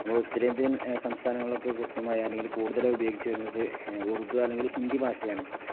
നമ്മൾ ഉത്തരേന്ത്യൻ സംസ്ഥാനങ്ങളിലൊക്കെ കൃത്യമായി അല്ലെങ്കിൽ കൂടുതൽ ഉപയോഗിച്ചു വരുന്നത് ഉർദു അല്ലെങ്കിൽ ഹിന്ദി ഭാഷയാണ്